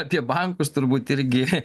apie bankus turbūt irgi